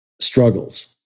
struggles